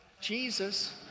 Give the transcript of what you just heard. Jesus